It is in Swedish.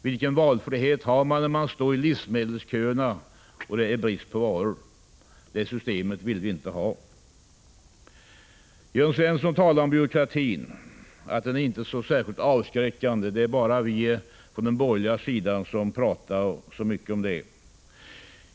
Vilken valfrihet har man när man står i livsmedelsköerna och det är brist på varor? Det systemet vill vi inte ha. Jörn Svensson säger att byråkratin inte är så särskilt avskräckande. Det är bara vi på den borgerliga sidan som pratar så mycket om det.